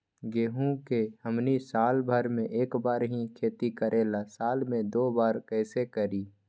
गेंहू के हमनी साल भर मे एक बार ही खेती करीला साल में दो बार कैसे करी?